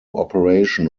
operation